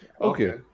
okay